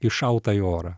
iššauta į orą